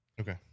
okay